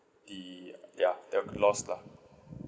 the ya the loss lah